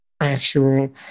actual